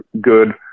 good